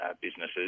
businesses